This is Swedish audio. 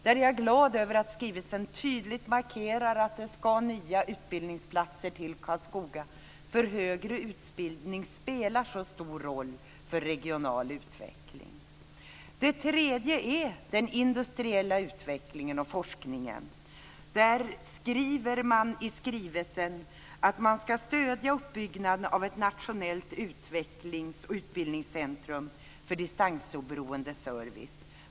Där är jag glad över att skrivelsen tydligt markerar att det ska komma nya utbildningsplatser till Karlskoga, för högre utbildning spelar väldigt stor roll för regional utveckling. Det tredje är den industriella utvecklingen och forskningen. Där säger man i skrivelsen att man ska stödja uppbyggnaden av ett nationellt utvecklingsoch utbildningscentrum för distansoberoende service.